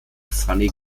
funny